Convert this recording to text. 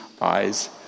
eyes